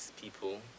people